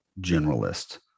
generalist